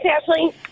ashley